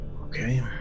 Okay